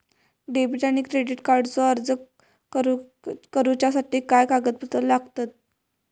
Debit आणि credit कार्डचो अर्ज करुच्यासाठी काय कागदपत्र लागतत?